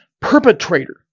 perpetrator